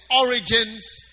origins